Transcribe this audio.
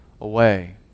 away